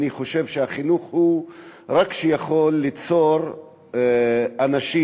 אני חושב שהחינוך הוא זה שיכול ליצור אנשים,